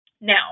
Now